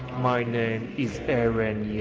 my name is eren